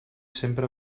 sempre